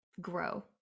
grow